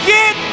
Get